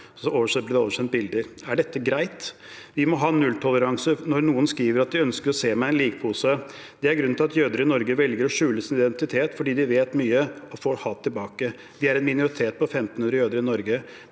– Så er det oversendt bilder. – Er dette greit? Vi må ha nulltoleranse når noen skriver at de ønsker å se meg i en likpose. Dette er grunnen til at jøder i Norge velger å skjule sin identitet, for de vet mye og får hat tilbake. Vi er en minoritet på 1 500 jøder i Norge.